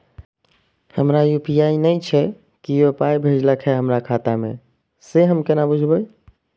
हमरा यू.पी.आई नय छै कियो पाय भेजलक यै हमरा खाता मे से हम केना बुझबै?